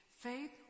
Faith